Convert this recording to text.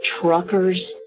truckers